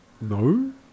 No